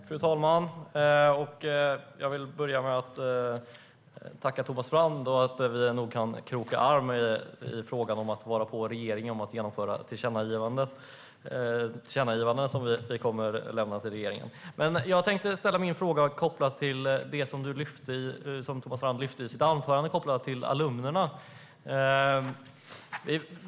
Fru talman! Jag vill börja med att tacka Thomas Strand. Vi kan nog kroka arm i fråga om att vara på regeringen om att genomföra våra tillkännagivanden till regeringen. Jag tänkte ställa en fråga om det Thomas Strand sa i sitt anförande kopplat till alumnerna.